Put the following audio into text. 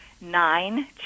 nine